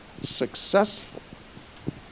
successful